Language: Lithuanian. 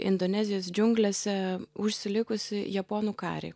indonezijos džiunglėse užsilikusį japonų karį